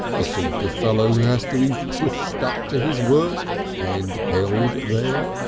the sort of fellow who has to be pushed up to his work and held there.